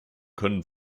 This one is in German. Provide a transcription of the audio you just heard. können